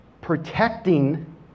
protecting